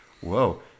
whoa